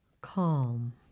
calm